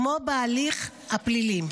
כמו בהליך הפלילי.